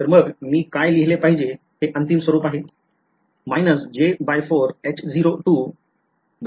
तर मग मी काय लिहिले पाहिजे हे अंतिम स्वरूप आहे